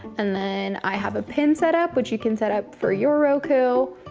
and then i have a pin set up, which you can set up for your roku,